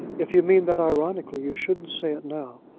if you mean that ironically, you shouldn't say it now.